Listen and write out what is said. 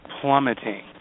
plummeting